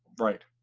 right.